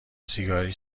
سیگاری